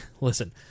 listen